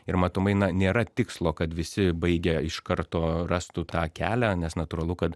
ir matomai na nėra tikslo kad visi baigę iš karto rastų tą kelią nes natūralu kad